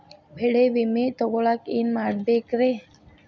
ಬೆಳೆ ವಿಮೆ ತಗೊಳಾಕ ಏನ್ ಮಾಡಬೇಕ್ರೇ?